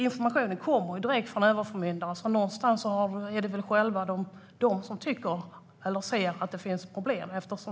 Informationen kommer direkt från överförmyndarna, och de anser att det finns problem.